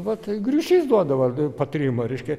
va tai griušys duoda va patarimą reiškia